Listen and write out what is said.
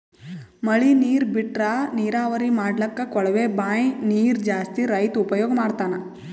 ಮಳಿ ನೀರ್ ಬಿಟ್ರಾ ನೀರಾವರಿ ಮಾಡ್ಲಕ್ಕ್ ಕೊಳವೆ ಬಾಂಯ್ ನೀರ್ ಜಾಸ್ತಿ ರೈತಾ ಉಪಯೋಗ್ ಮಾಡ್ತಾನಾ